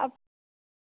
अब